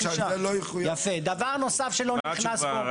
דבר נוסף שלא --- תשובה.